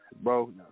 Bro